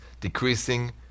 decreasing